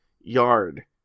yard